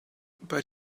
but